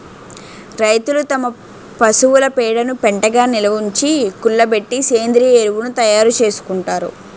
రైతులు తమ పశువుల పేడను పెంటగా నిలవుంచి, కుళ్ళబెట్టి సేంద్రీయ ఎరువును తయారు చేసుకుంటారు